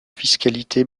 fiscalité